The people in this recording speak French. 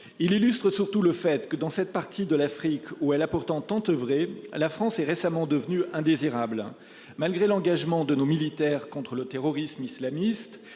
Il illustre surtout le fait que dans cette partie de l'Afrique, où elle a pourtant tant oeuvré. La France est récemment devenu indésirable. Malgré l'engagement de nos militaires contre le terrorisme islamiste